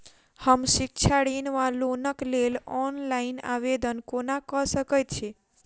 हम शिक्षा ऋण वा लोनक लेल ऑनलाइन आवेदन कोना कऽ सकैत छी?